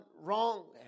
wrong